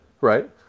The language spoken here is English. Right